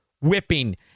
whipping